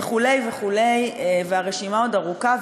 וכו' וכו', והרשימה עוד ארוכה.